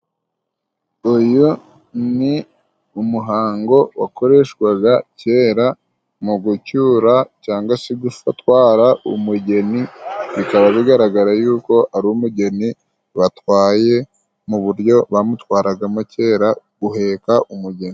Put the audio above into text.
Uyu ni umuhango wakoreshwaga kera mu gucyura cyangwa se gufatwara umugeni, bikaba bigaragara yuko ari umugeni batwaye mu buryo bamutwaragamo kera, guheka umugeni.